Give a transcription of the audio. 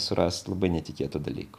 surast labai netikėtų dalykų